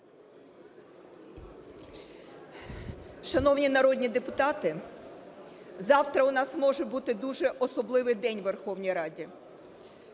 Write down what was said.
Шановні народні депутати, завтра у нас може бути дуже особливий день у Верховній Раді.